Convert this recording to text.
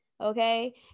Okay